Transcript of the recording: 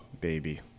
baby